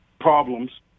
problems